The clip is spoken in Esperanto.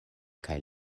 kaj